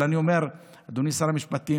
אבל אני אומר, אדוני שר המשפטים,